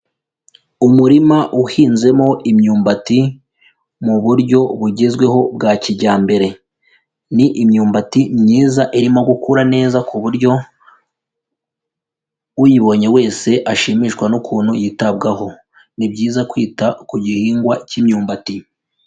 Umurima uhinzemo imyumbati mu buryo bugezweho bwa kijyambere, ni imyumbati myiza irimo gukura neza ku buryo uyibonye wese ashimishwa n'ukuntu yitabwaho, ni byiza kwita ku gihingwa cy'imyumbati.